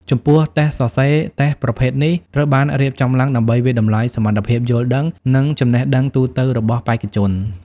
ចំពោះ តេស្តសរសេរ តេស្តប្រភេទនេះត្រូវបានរៀបចំឡើងដើម្បីវាយតម្លៃសមត្ថភាពយល់ដឹង និងចំណេះដឹងទូទៅរបស់បេក្ខជន។